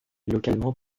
localement